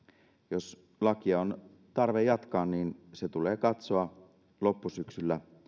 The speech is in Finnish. jos lakia on tarve jatkaa sitä tulee katsoa loppusyksyllä